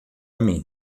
mim